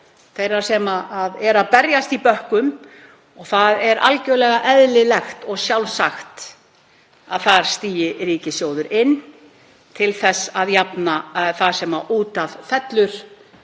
þeirra sem berjast í bökkum. Það er algerlega eðlilegt og sjálfsagt að þar stígi ríkissjóður inn til þess að jafna það sem út af fellur